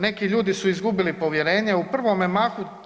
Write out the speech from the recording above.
Neki ljudi su izgubili povjerenje u prvome mahu.